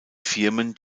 firmen